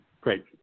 Great